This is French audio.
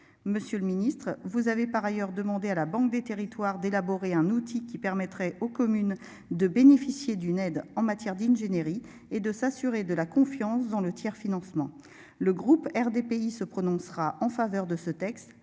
Monsieur le Ministre vous avez par ailleurs demandé à la banque des territoires d'élaborer un outil qui permettrait aux communes de bénéficier d'une aide en matière d'ingénierie et de s'assurer de la confiance dans le tiers-financement le groupe RDPI se prononcera en faveur de ce texte